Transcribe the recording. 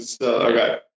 okay